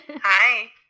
Hi